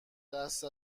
دست